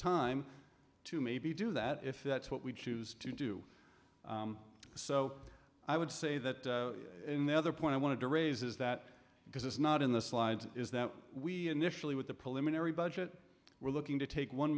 time to maybe do that if that's what we choose to do so i would say that in the other point i want to raise is that because it's not in the slide is that we initially with the policeman every budget we're looking to take one